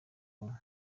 kunywa